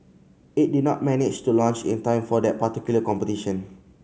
it did not manage to launch in time for that particular competition